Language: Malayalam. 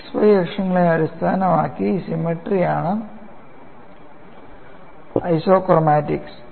X y അക്ഷങ്ങളെ അടിസ്ഥാനമാക്കി സിമട്രി ആണ് ഐസോക്രോമാറ്റിക്സ്